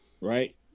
right